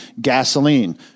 gasoline